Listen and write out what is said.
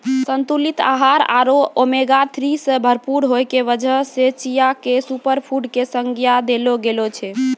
संतुलित आहार आरो ओमेगा थ्री सॅ भरपूर होय के वजह सॅ चिया क सूपरफुड के संज्ञा देलो गेलो छै